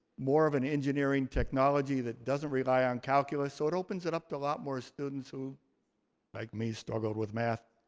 more of an engineering technology that doesn't rely on calculus, so it opens it up to a lot more students, who like me, struggled with math.